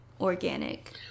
organic